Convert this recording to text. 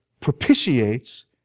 propitiates